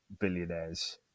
billionaires